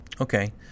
Okay